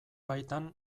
baitan